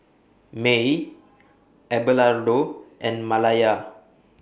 Maye Abelardo and Malaya